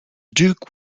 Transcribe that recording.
duke